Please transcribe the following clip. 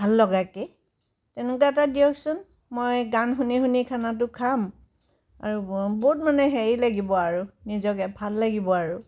ভাল লগাকৈ তেনেকুৱা এটা দিয়কচোন মই গান শুনি শুনি খানাটো খাম আৰু ব বহুত মানে হেৰি লাগিব আৰু নিজকে ভাল লাগিব আৰু